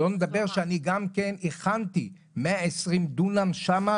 שלא נדבר שאני גם כן הכנתי 120 דונם שם,